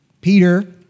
Peter